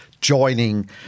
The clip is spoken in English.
joining